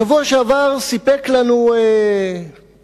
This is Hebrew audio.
השבוע שעבר סיפק לנו הוכחה